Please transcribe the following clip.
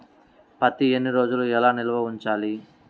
పత్తి ఎన్ని రోజులు ఎలా నిల్వ ఉంచాలి?